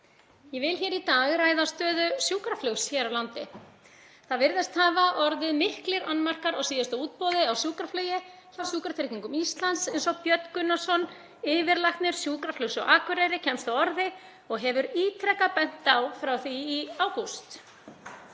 Ég vil í dag ræða stöðu sjúkraflugs hér á landi. Það virðast hafa orðið miklir annmarkar á síðasta útboði á sjúkraflugi hjá Sjúkratryggingum Íslands eins og Björn Gunnarsson, yfirlæknir sjúkraflugs á Akureyri, kemst að orði og hefur ítrekað bent á frá því í ágúst.